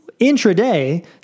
intraday